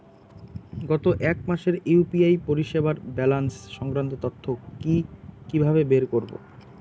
গত এক মাসের ইউ.পি.আই পরিষেবার ব্যালান্স সংক্রান্ত তথ্য কি কিভাবে বের করব?